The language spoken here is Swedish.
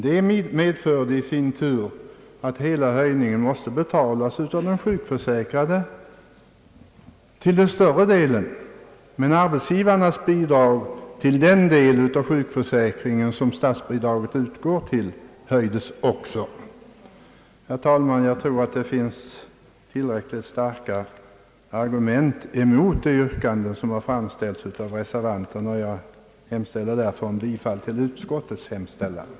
Detta medförde i sin tur att höjningen till största delen måste betalas av den sjukförsäkrade, medan arbetsgivarnas bidrag till den del av sjukförsäkringen som statsbidraget utgår till också höjdes. Herr talman! Jag tror att det finns tillräckligt starka argument mot det yrkande som framställts av reservanterna, och jag hemställer därför om bifall till utskottets förslag.